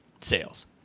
Sales